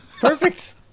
Perfect